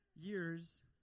years